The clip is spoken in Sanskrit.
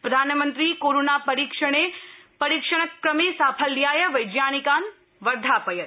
प्रधानमन्त्री कोरोना परीक्षण क्रमे साफल्याय वर्त्तानिकान् वर्धापयत्